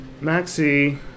Maxie